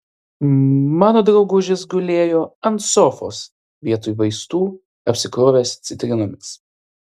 mano draugužis gulėjo ant sofos vietoj vaistų apsikrovęs citrinomis